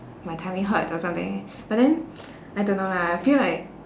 my tummy hurts or something but then I don't know lah I feel like